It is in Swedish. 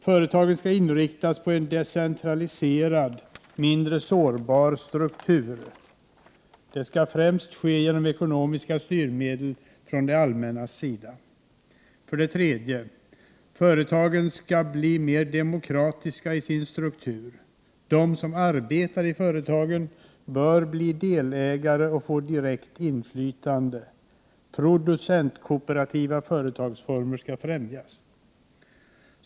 Företagen skall inriktas på en decentraliserad, mindre sårbar struktur. Detta skall främst ske genom ekonomiska styrmedel från det allmännas sida. 3. Företagen skall bli mer demokratiska i sin struktur. De som arbetar i företagen bör bli delägare och få direkt inflytande. Producentkooperativa företagsformer skall främjas.